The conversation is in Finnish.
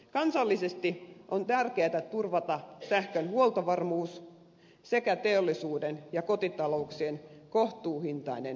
kansallisesti on tärkeätä turvata sähkön huoltovarmuus sekä teollisuuden ja kotitalouksien kohtuuhintainen sähkönsaanti